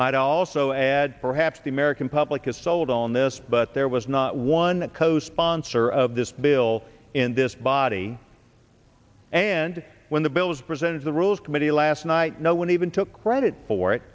might also add perhaps the american public is sold on this but there was not one co sponsor of this bill in this body and when the bill was presented the rules committee last night no one even took credit for